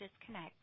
disconnect